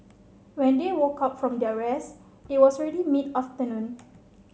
when they woke up from their rest it was already mid afternoon